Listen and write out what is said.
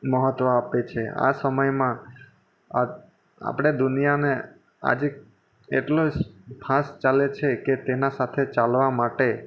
મહત્વ આપે છે આ સમયમાં આ આપણે દુનિયાને આજે એટલો જ ફાસ્ટ ચાલે છે કે તેના સાથે ચાલવા માટે